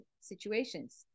situations